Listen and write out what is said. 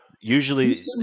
usually